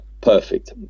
perfect